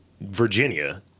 Virginia